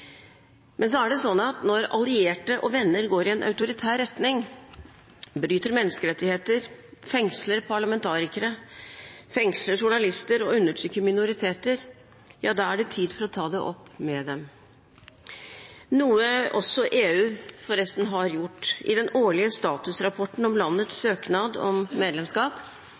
Men når allierte og venner går i en autoritær retning, bryter menneskerettigheter, fengsler parlamentarikere og journalister og undertrykker minoriteter, da er det tid for å ta det opp med dem – noe EU også har gjort. I den årlige statusrapporten om landets søknad om medlemskap